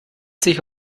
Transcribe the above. sich